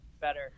better